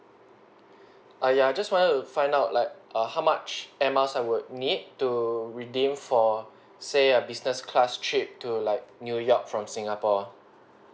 err ya just wanted to find out like err how much airmiles I would need to redeem for say a business class trip to like new york from singapore